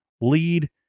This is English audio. lead